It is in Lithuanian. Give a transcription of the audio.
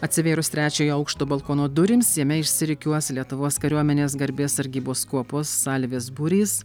atsivėrus trečiojo aukšto balkono durims jame išsirikiuos lietuvos kariuomenės garbės sargybos kuopos salvės būrys